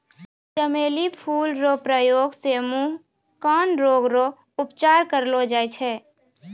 चमेली फूल रो प्रयोग से मुँह, कान रोग रो उपचार करलो जाय छै